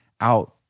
out